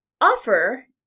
offer